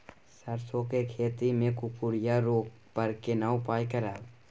सरसो के खेती मे कुकुरिया रोग पर केना उपाय करब?